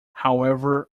however